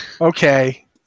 Okay